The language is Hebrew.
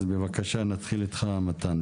אז בבקשה, נתחיל איתך מתן.